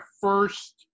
first